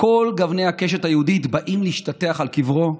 מכל גוני הקשת היהודית באים להשתטח על קברו,